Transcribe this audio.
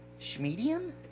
Schmedium